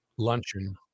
Luncheon